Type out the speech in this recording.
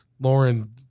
Lauren